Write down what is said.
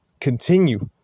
continue